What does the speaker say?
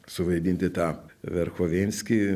suvaidinti tą verchovėnskį